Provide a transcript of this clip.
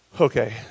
Okay